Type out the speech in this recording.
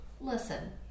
listen